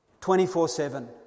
24-7